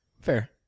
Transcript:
Fair